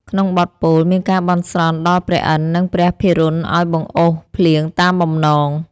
ក្នុងបទពោល មានការបន់ស្រន់ដល់ព្រះឥន្ទ្រ និងព្រះភិរុណឱ្យបង្អុរភ្លៀងតាមបំណង។